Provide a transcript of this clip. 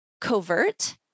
covert